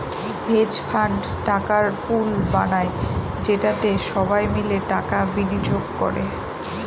hedge fund টাকার pool বানায় যেটাতে সবাই মিলে টাকা বিনিয়োগ করে